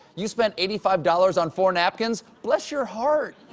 you spend eighty five dollars on four napkins. bless your heart.